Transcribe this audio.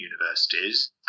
universities